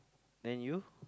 then you